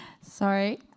Sorry